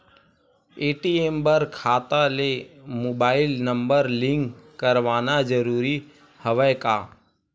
ATM बर खाता ले मुबाइल नम्बर लिंक करवाना ज़रूरी हवय का?